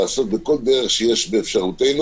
לעשות בכל דרך שיש באפשרותנו.